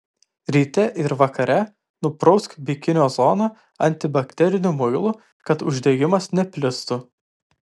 ryte ir vakare nuprausk bikinio zoną antibakteriniu muilu kad uždegimas neplistų